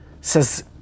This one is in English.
Says